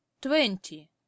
twenty